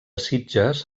sitges